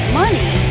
money